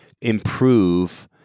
improve